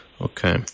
Okay